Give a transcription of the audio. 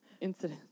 incident